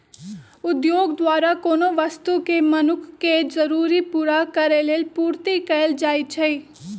उद्योग द्वारा कोनो वस्तु के मनुख के जरूरी पूरा करेलेल पूर्ति कएल जाइछइ